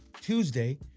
Tuesday